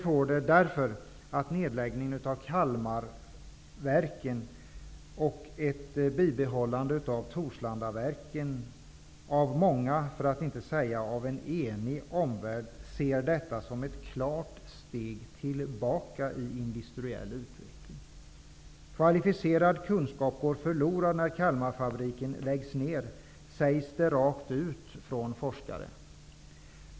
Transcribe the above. Många, för att inte säga en enig omvärld, ser nedläggningen av Torslandaverken som ett klart steg tillbaka i industriell utveckling. Kvalificerad kunskap går förlorad när Kalmarfabriken läggs ned, sägs det rakt ut från forskare.